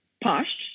posh